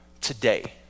today